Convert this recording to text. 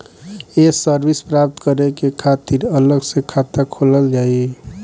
ये सर्विस प्राप्त करे के खातिर अलग से खाता खोलल जाइ?